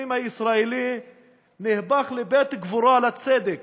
שבית-המחוקקים הישראלי הפך לבית קבורה לצדק,